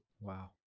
wow